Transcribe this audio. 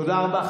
תודה רבה.